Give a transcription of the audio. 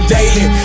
Daily